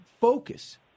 focus